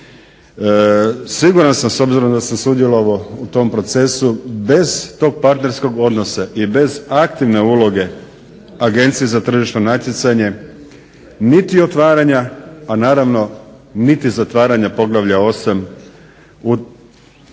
Siguran sam s obzirom da sam sudjelovao u tom procesu bez tog partnerskog odnosa i bez aktivne uloge Agencije za tržišno natjecanje niti otvaranja, a naravno niti zatvaranja poglavlja 8. u području